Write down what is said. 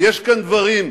יש כאן דברים,